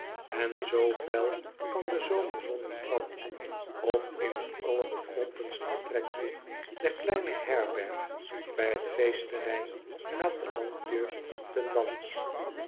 n z fel kan de zomerzon niet branden of in het allerbekrompenst vertrekje der kleine herberg bij het feestterrein gaat de landjeugd ten dans